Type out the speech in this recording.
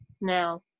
now